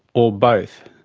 or both.